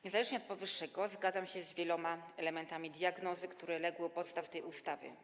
Niezależnie od powyższego zgadzam się z wieloma elementami diagnozy, które legły u podstaw tej ustawy.